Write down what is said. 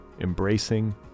Embracing